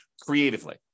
creatively